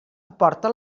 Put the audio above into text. aporta